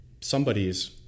somebody's